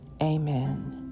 Amen